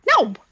No